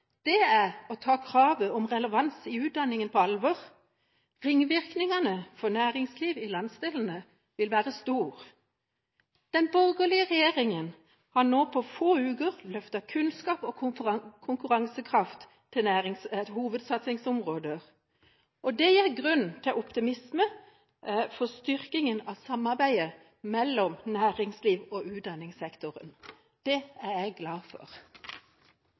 Det er å ta kravet om relevans i utdanningen på alvor. Ringvirkningene for næringslivet i landsdelene vil være store. Den borgerlige regjeringa har nå på få uker løftet kunnskap og konkurransekraft til hovedsatsingsområder. Det gir grunn til optimisme for styrkingen av samarbeidet mellom næringsliv og utdanningssektoren. Det er jeg glad for.